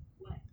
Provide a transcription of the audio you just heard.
what